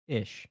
ish